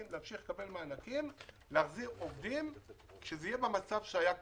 להמשיך לקבל מענקים ולהחזיר עובדים עד שזה יהיה במצב שהיה קודם.